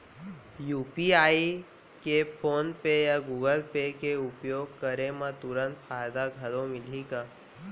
UPI के PhonePe या Google Pay के उपयोग करे म तुरंत फायदा घलो मिलही का?